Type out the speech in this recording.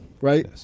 right